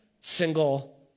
single